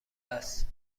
است